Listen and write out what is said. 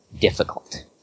difficult